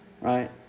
right